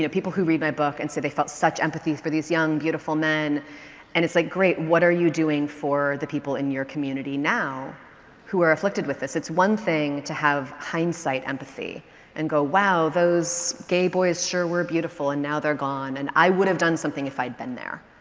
yeah people who read my book and say they felt such empathy for these young beautiful men and it's like, great. what are you doing for the people in your community now who are afflicted with this? it's one thing to have hindsight empathy and go, wow, those gay boys sure were beautiful and now, they're gone. and i would have done something if i had been there.